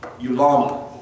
ulama